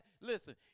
Listen